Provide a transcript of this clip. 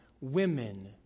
women